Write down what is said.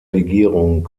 legierung